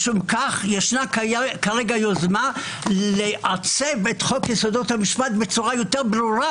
משום כך יש יוזמה כרגע לעצב את חוק יסודות המשפט בצורה יותר ברורה